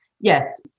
Yes